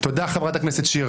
תודה, חברת הכנסת שיר.